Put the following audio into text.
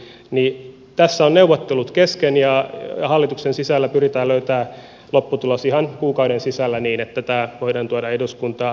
tässä ovat neuvottelut kesken ja hallituksen sisällä pyritään löytämään lopputulos ihan kuukauden sisällä niin että tämä voidaan tuoda eduskuntaan